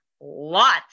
lots